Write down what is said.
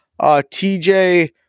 TJ